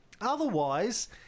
Otherwise